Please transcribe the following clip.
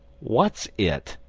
what's it?